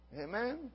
Amen